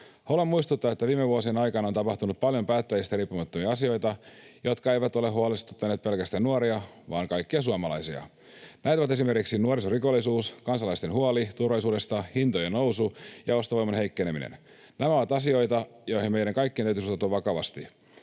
Haluan muistuttaa, että viime vuosien aikana on tapahtunut paljon päättäjistä riippumattomia asioita, jotka eivät ole huolestuttaneet pelkästään nuoria vaan kaikkia suomalaisia. Näitä ovat esimerkiksi nuorisorikollisuus, kansalaisten huoli turvallisuudesta, hintojen nousu ja ostovoiman heikkeneminen. Nämä ovat asioita, joihin meidän kaikkien täytyy suhtautua vakavasti.